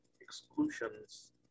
exclusions